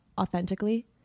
authentically